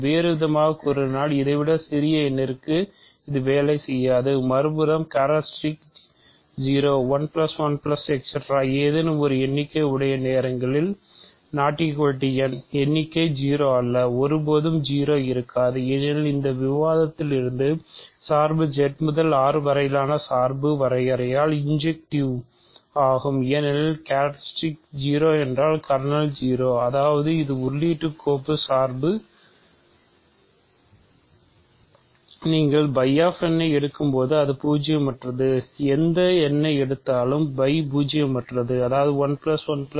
வேறுவிதமாகக் கூறினால் இதைவிட சிறிய எண்ணிற்கு இது வேலை செய்யாது மறுபுறம் கேரக்ட்ரிஸ்டிக் ஐ எடுக்கும்போது அது பூஜ்ஜியமற்றது எந்த எண்ணை எடுத்தாலும் φ பூஜ்ஜியமற்றது அதாவது 1 1 1